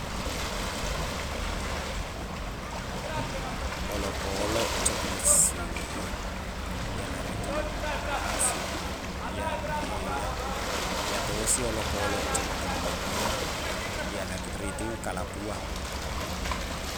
Olokkoloq coqlessiwi iyana ritu asu iya ya- iyatosi olokkoloq coqtengnge i iyanatu ritu kalapua